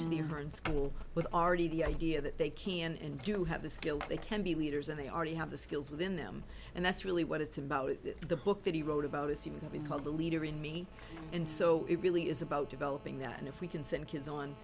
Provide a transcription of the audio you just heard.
and school with already the idea that they can and do have the skills they can be leaders and they already have the skills within them and that's really what it's about the book that he wrote about is you know being called the leader in me and so it really is about developing that and if we can send kids on